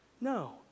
No